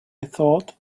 thought